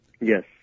Yes